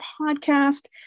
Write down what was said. podcast